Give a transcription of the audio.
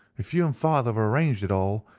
if you and father arranged it all,